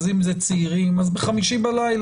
יש את הצעירים שיוצאים ביום חמישי בלילה